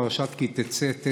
פרשת כי תצא,